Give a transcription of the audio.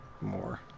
more